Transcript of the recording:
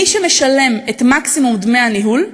מי שמשלם את מקסימום דמי הניהול,